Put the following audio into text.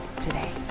today